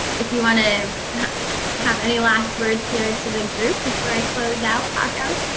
if you want to have any last words here to the group before i close out, paco.